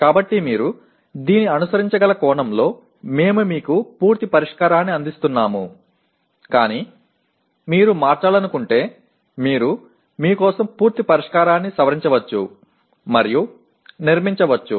కాబట్టి మీరు దీన్ని అనుసరించగల కోణంలో మేము మీకు పూర్తి పరిష్కారాన్ని అందిస్తున్నాము కానీ మీరు మార్చాలనుకుంటే మీరు మీ కోసం పూర్తి పరిష్కారాన్ని సవరించవచ్చు మరియు నిర్మించవచ్చు